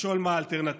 לשאול מה האלטרנטיבה.